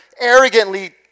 arrogantly